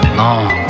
long